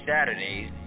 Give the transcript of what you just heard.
Saturdays